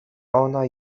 ona